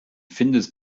findest